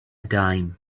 dime